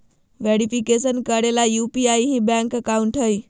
verification करे ले UPI ही बैंक अकाउंट हइ